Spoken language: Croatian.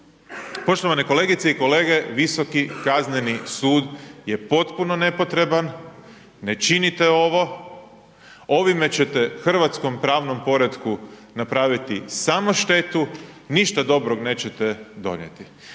Poštovane kolegice i kolege, Visoki kazneni sud je potpuno nepotreban, ne činite ovo, ovime ćete hrvatskom pravnom poretku napraviti samu štetu, ništa dobrog nećete donijeti.